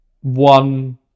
one